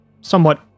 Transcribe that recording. somewhat